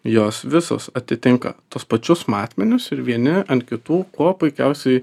jos visos atitinka tuos pačius matmenis ir vieni ant kitų kuo puikiausiai